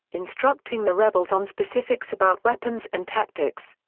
instructing the rebels on specifics about weapons and tactics.